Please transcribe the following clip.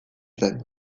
zen